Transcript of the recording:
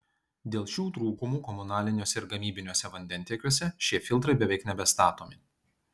dėl šių trūkumų komunaliniuose ir gamybiniuose vandentiekiuose šie filtrai beveik nebestatomi